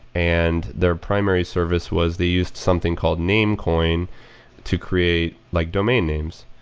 and their primary service was they used something called namecoin to create like domain names.